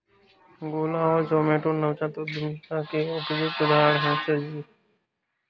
ओला और जोमैटो नवजात उद्यमिता के उपयुक्त उदाहरण है सर जी